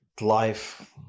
life